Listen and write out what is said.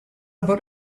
about